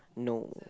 no